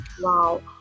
wow